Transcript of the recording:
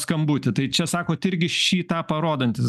skambutį tai čia sakot irgi šį tą parodantys